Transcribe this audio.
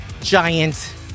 giant